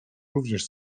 również